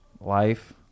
life